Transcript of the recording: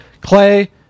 Clay